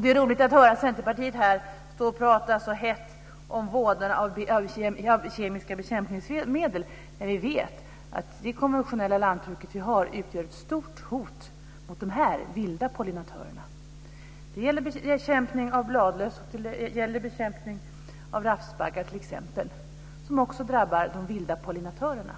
Det är roligt att här höra Centerpartiets representant stå och tala så hett om vådan av kemiska bekämpningsmedel när vi vet att det konventionella lantbruk som vi har utgör ett stort hot mot dessa vilda pollinatörerna. Det gäller t.ex. bekämpning av bladlöss och rapsbaggar, som också drabbar de vilda pollinatörerna.